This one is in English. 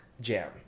Jam